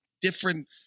different